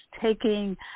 taking